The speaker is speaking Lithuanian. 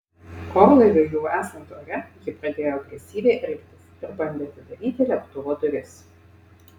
orlaiviui jau esant ore ji pradėjo agresyviai elgtis ir bandė atidaryti lėktuvo duris